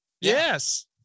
Yes